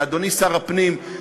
מאדוני שר הפנים,